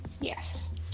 Yes